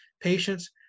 patients